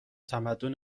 تمدن